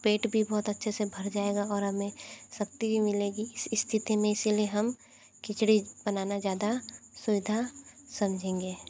पेट भी बहुत अच्छे से भर जाएगा और हमें शक्ति भी मिलेगी इस स्थिति में इसी लिए हम खिचड़ी बनाना ज़्यादा सुविधा समझेंगे